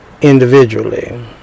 individually